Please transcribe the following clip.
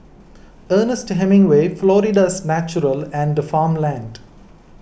Ernest Hemingway Florida's Natural and Farmland